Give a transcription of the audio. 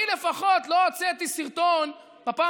אני לפחות לא הוצאתי סרטון בפעם